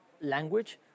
language